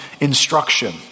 instruction